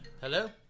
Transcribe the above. Hello